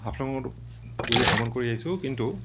হাফলঙত গৈ ভ্ৰমণ কৰি আহিছোঁ কিন্তু